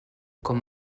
com